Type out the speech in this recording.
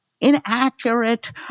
inaccurate